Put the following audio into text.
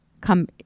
come